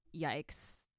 yikes